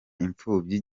imfubyi